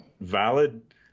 valid